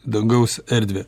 dangaus erdvę